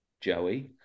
Joey